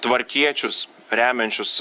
tvarkiečius remiančius